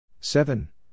Seven